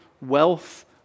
wealth